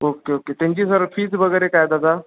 okay okay त्यांची sir fees वगैरे काय दादा